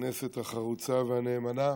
הכנסת החרוצה והנאמנה,